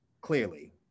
clearly